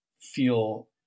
feel